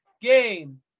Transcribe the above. game